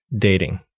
dating